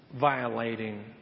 violating